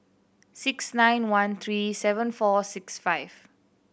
six nine one three seven four six five